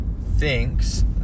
thinks